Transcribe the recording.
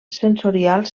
sensorials